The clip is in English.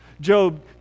Job